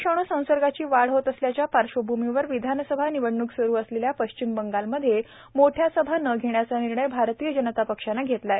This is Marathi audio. कोरोना विषाणू संसर्गाची वाढ होत असल्याच्या पार्श्वभूमीवर विधानसभा निवडणूक सुरू असलेल्या पश्चिम बंगालमध्ये मोठ्या सभा न घेण्याचा निर्णय भारतीय जनता पक्षानं घेतला आहे